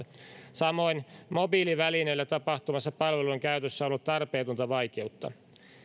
samoin mobiilivälineillä tapahtuvassa palvelujen käytössä on ollut tarpeetonta vaikeutta